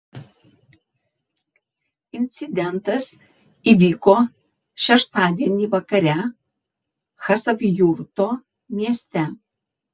incidentas įvyko šeštadienį vakare chasavjurto mieste